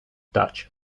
dutch